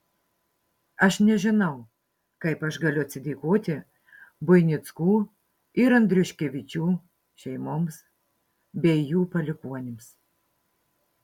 aš nežinau kaip aš galiu atsidėkoti buinickų ir andriuškevičių šeimoms bei jų palikuonims